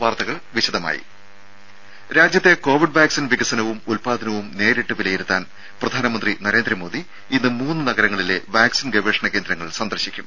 വാർത്തകൾ വിശദമായി രാജ്യത്തെ കോവിഡ് വാക്സിൻ വികസനവും ഉൽപ്പാദനവും നേരിട്ട് വിലയിരുത്താൻ പ്രധാനമന്ത്രി നരേന്ദ്രമോദി ഇന്ന് മൂന്ന് നഗരങ്ങളിലെ വാക്സിൻ ഗവേഷണ കേന്ദ്രങ്ങൾ സന്ദർശിക്കും